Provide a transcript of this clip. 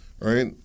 right